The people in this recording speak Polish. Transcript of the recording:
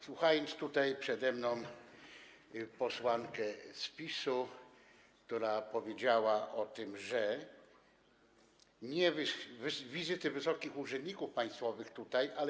Słuchając tutaj przede mną posłanki z PiS-u, która powiedziała o tym, że nie wizyty wysokich urzędników państwowych, ale.